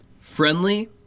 Friendly